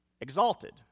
exalted